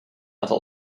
other